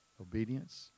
obedience